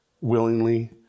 willingly